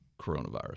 coronavirus